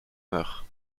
meurt